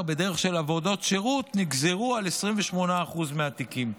בדרך של עבודות שירות נגזר ב-28% מהתיקים.